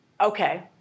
Okay